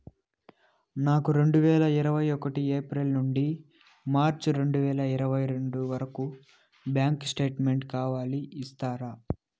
నాకు రెండు వేల ఇరవై ఒకటి ఏప్రిల్ నుండి మార్చ్ రెండు వేల ఇరవై రెండు వరకు బ్యాంకు స్టేట్మెంట్ కావాలి ఇస్తారా